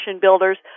builders